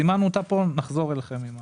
סימנו אותה כאן ונחזור אליהם עם נוסח.